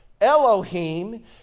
Elohim